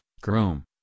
Chrome